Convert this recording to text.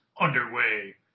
underway